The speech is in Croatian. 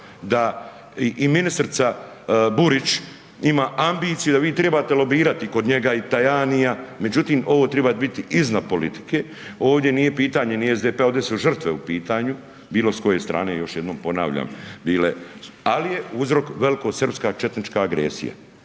da i ministrica Burić ima ambiciju, da vi trebate lobirati kod njega i Tajanija međutim ovo treba biti iznad politike, ovdje nije pitanje ni SDP-a, ovdje su žrtve u pitanju bilo s koje strane, još jednom ponavljam bile, ali je uzrok velikosrpska četnička agresija